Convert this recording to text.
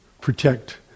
protect